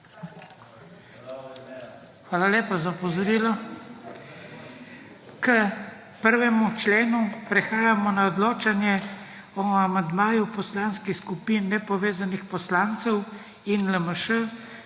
Hvala lepa za opozorilo. K 1. členu prehajamo na odločanje o amandmaju poslanskih skupin nepovezanih poslancev in LMŠ